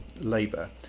labour